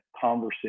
conversation